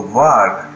work